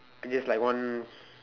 I just like want